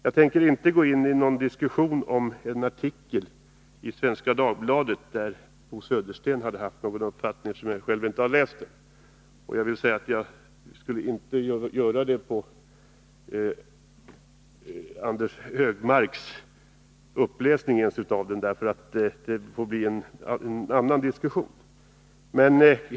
Jag tänker inte gå in i 115 någon diskussion om en artikel i Svenska Dagbladet där Bo Södersten haft någon uppfattning, eftersom jag inte läst artikeln.